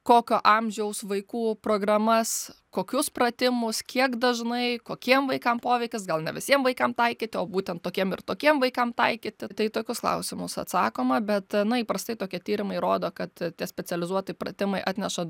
kokio amžiaus vaikų programas kokius pratimus kiek dažnai kokiem vaikam poveikis gal ne visiem vaikam taikyti o būtent tokiem ir tokiem vaikam taikyti tai į tokius klausimus atsakoma bet na įprastai tokie tyrimai rodo kad tie specializuoti pratimai atneša